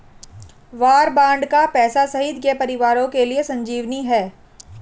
वार bond का पैसा शहीद के परिवारों के लिए संजीवनी है